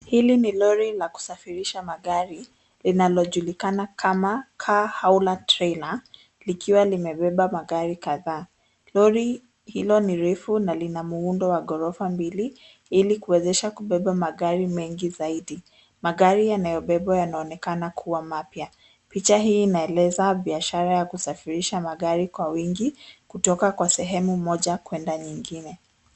Hili ni lori la kusafirisha magari linalojulikana kama Car Hauler Trailer, likiwa limebeba magari kadhaa. Lori hilo ni refu na lina muundo wa ghorofa mbili ili kuwezesha kubeba magari mengi zaidi. Magari yanayobebwa yanaonekana kuwa mapya. Picha hii inaeleza biashara ya kusafirisha magari kwa wingi kutoka kwa sehemu moja kwenda nyingine.